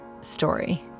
story